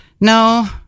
no